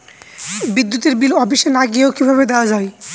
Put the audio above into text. বিদ্যুতের বিল অফিসে না গিয়েও কিভাবে দেওয়া য়ায়?